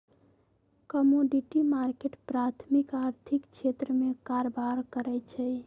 commodity market प्राथमिक आर्थिक क्षेत्र में कारबार करै छइ